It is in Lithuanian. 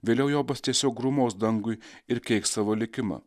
vėliau jobas tiesiog grūmos dangui ir keiks savo likimą